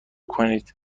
کنید